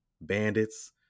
bandits